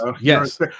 yes